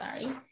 sorry